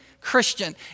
Christian